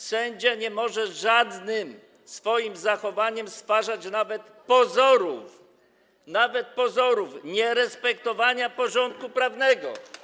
Sędzia nie może żadnym swoim zachowaniem stwarzać nawet pozorów - nawet pozorów - nierespektowania porządku prawnego.